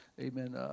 amen